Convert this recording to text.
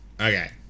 okay